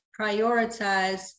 prioritize